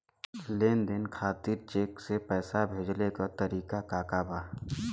लेन देन करे खातिर चेंक से पैसा भेजेले क तरीकाका बा?